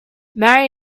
marry